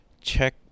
Check